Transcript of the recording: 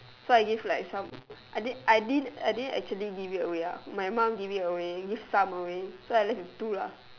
so I give like some I didn't I didn't I didn't actually give it away ah my mom give it away give some away so I left with two lah